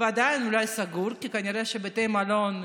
ועדיין אולי הוא סגור, כי כנראה שבתי מלון,